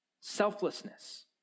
Selflessness